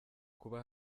kuba